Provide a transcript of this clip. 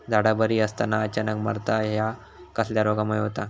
झाडा बरी असताना अचानक मरता हया कसल्या रोगामुळे होता?